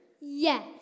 Yes